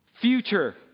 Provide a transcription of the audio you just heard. future